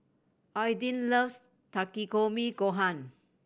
Aydin loves Takikomi Gohan